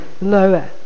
lower